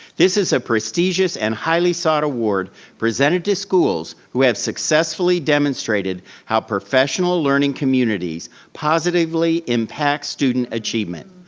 this is a prestigious and highly sought award presented to schools who have successfully demonstrated how professional learning communities positively impact student achievement.